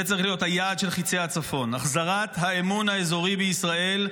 וזה צריך להיות היעד של "חיצי הצפון": החזרת האמון האזורי בישראל,